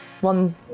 one